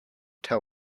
tell